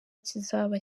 kizaba